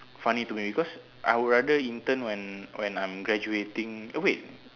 funny to me because I would rather intern when when I am graduating wait